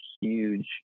huge